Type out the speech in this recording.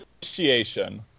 Initiation